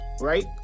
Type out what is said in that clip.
Right